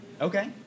Okay